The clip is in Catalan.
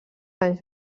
anys